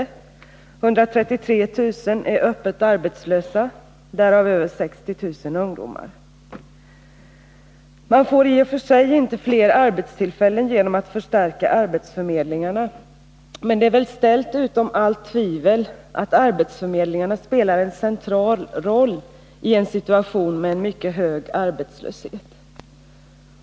133 000 är öppet arbetslösa, varav över 60 000 är ungdomar. Man får i och för sig inte fler arbetstillfällen genom att man förstärker arbetsförmedlingarna, men det är ställt utom allt tvivel att arbetsförmedlingarna spelar en central roll i en situation med en mycket hög arbetslöshet.